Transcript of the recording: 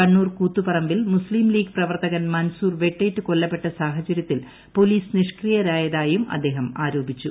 കണ്ണൂർ കൂത്തുപറമ്പിൽ മുസ്തീം ലീഗ് പ്രവർത്തകൻ മൻസൂർ വെട്ടേറ്റു കൊല്ലപ്പെട്ട സാഹചര്യത്തിൽ പോലീസ് നിഷ്ക്രിയരായതായും അദ്ദേഹം ആരോപിച്ചു